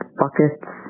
buckets